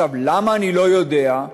למה אני לא יודע?